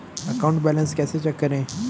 Account balance कैसे check करें?